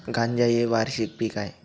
गांजा हे वार्षिक पीक आहे